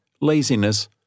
laziness